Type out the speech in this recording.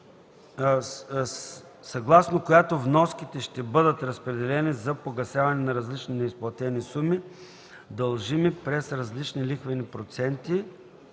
съгласно която вноските ще бъдат разпределени за погасяване на различни неизплатени суми, дължими при различни лихвени проценти,